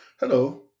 Hello